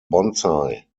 bonsai